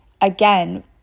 again